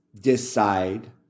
decide